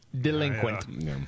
delinquent